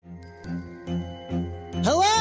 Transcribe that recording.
Hello